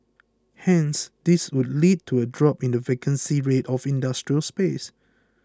hence this would lead to a drop in the vacancy rate of industrial space